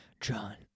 John